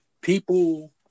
people